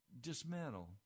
dismantle